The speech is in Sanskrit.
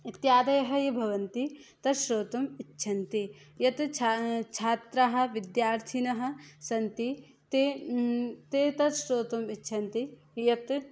इत्यादयः ये भवन्ति तत् श्रोतुम् इच्छन्ति यद् छा छात्राः विद्यार्थिनः सन्ति ते ते तत् श्रोतुम् इच्छन्ति यत्